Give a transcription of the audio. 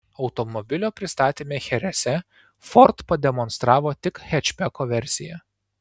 automobilio pristatyme cherese ford pademonstravo tik hečbeko versiją